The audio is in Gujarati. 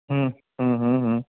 હમ હમ હમ